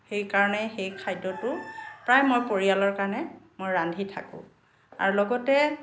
সেইকাৰণে সেই খাদ্যটো প্ৰায় মই পৰিয়ালৰ কাৰণে মই ৰান্ধি থাকোঁ আৰু লগতে